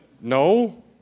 no